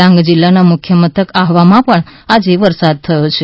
ડાંગ જિલ્લાના મુખ્ય મથક આહવામાં પણ આજે વરસાદ થયો છે